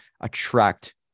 attract